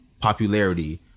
popularity